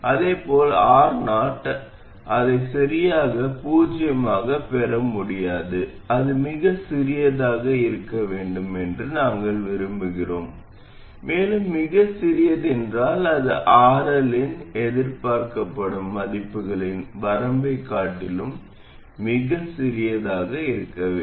இதேபோல் Ro அதை சரியாக பூஜ்ஜியமாகப் பெற முடியாது அது மிகச் சிறியதாக இருக்க வேண்டும் என்று நாங்கள் விரும்புகிறோம் மேலும் மிகச் சிறியது என்றால் அது RL இன் எதிர்பார்க்கப்படும் மதிப்புகளின் வரம்பைக் காட்டிலும் மிகச் சிறியதாக இருக்க வேண்டும்